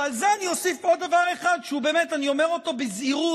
ועל זה אני אוסיף עוד דבר אחד שבאמת אני אומר אותו בזהירות,